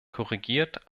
korrigiert